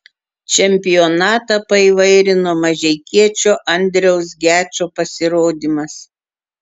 čempionatą paįvairino mažeikiečio andriaus gečo pasirodymas